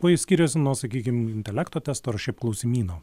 kuo jis skiriasi nuo sakykim intelekto testo ar šiaip klausimyno